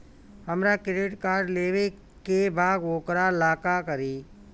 हमरा credit card लेवे के बा वोकरा ला का करी?